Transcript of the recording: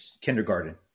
kindergarten